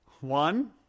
One